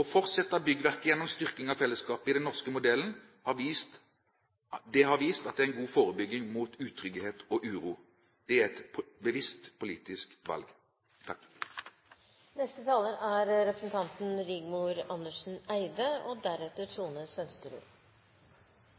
Å fortsette byggverket gjennom styrking av fellesskapet i den norske modellen har vist seg å være en god forebygging mot utrygghet og uro. Det er et bevisst politisk valg. Næringspolitikken blir ikke fremtidsrettet dersom en ikke skaper kompetente arbeidsplasser. Skal vi møte utfordringene fremover, er